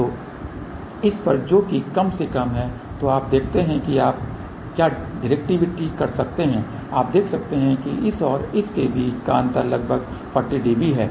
तो इस पर जो कि कम से कम है तो हम देखते हैं कि आप क्या डिरेक्टिविटि कर सकते हैं आप देख सकते हैं कि इस और इस के बीच का अंतर लगभग 40 dB है